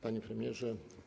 Panie Premierze!